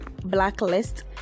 blacklist